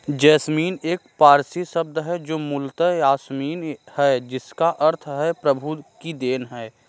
jasmine एक पारसी शब्द है जो मूलतः यासमीन है जिसका अर्थ है प्रभु की देन